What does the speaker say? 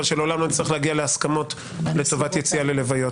ונקווה שלעולם לא נצטרך להגיע להסכמות לטובת יציאה ללוויות.